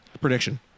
Prediction